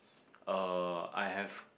uh I have